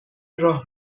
راه